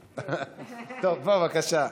בבקשה.